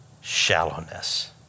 shallowness